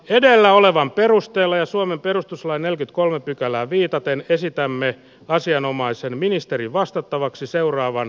edellä olevan perustelleen suomen perustuslain nelkytkolme pykälään viitaten esitämme asianomaisen ministerin vastattavaksi seuraavan